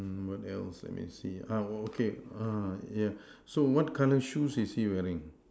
mm what else let me see ah okay uh yeah so what colour shoes is he wearing